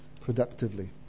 productively